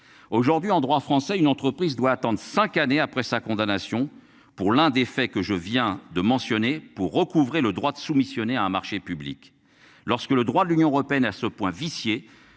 Aujourd'hui, en droit français, une entreprise doit attendre 5 années après sa condamnation pour l'un des faits que je viens de mentionner pour recouvrer le droit de soumissionner à un marché public lorsque le droit de l'Union européenne à ce point vicié